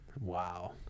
Wow